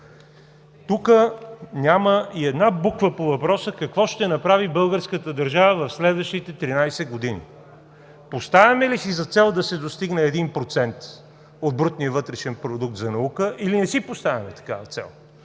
Тук няма и една буква по въпроса какво ще направи българската държава в следващите 13 години. Поставяме ли си за цел да се достигне 1% от брутния вътрешен продукт за наука, или не си поставяме такава цел?